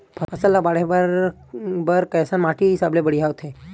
फसल ला बाढ़े बर कैसन माटी सबले बढ़िया होथे?